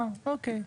אה, אוקיי.